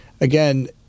again